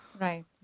Right